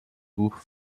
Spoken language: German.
buch